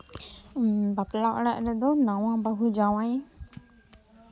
ᱵᱟᱯᱞᱟ ᱚᱲᱟᱜ ᱨᱮᱫᱚ ᱱᱟᱣᱟ ᱵᱟᱹᱦᱩ ᱡᱟᱶᱟᱭ